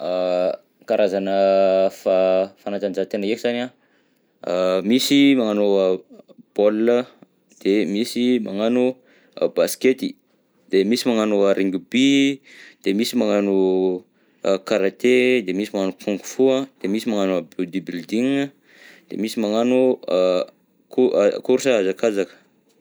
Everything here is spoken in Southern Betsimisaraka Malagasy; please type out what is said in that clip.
Karazagna fa- fanatanjahantena heky zany an, misy magnano baolina de misy magnano baskety de misy magnano a rungby, de misy magnano a karate de misy magnano kung-fu an de misy magnano body building, de misy magnano a- cou- a course hazakazaka.